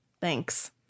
Thanks